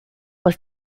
was